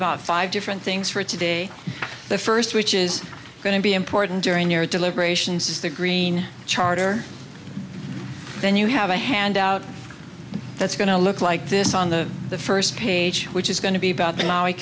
about five different things for today the first which is going to be important during your deliberations is the green charter then you have a handout that's going to look like this on the the first page which is going to be about the l